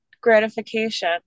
gratification